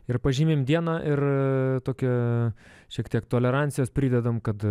ir pažymim dieną ir tokią šiek tiek tolerancijos pridedame kad